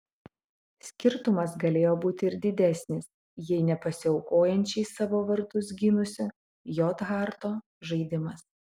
skirtumas galėjo būti ir didesnis jei ne pasiaukojančiai savo vartus gynusio j harto žaidimas